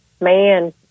Man